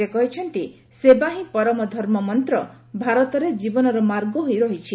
ସେ କହିଛନ୍ତି ସେବା ହିଁ ପରମ ଧର୍ମ ମନ୍ତ ଭାରତରେ ଜୀବନର ମାର୍ଗ ହୋଇ ରହିଛି